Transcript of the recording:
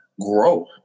grow